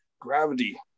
gravity